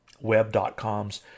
web.com's